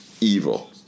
evil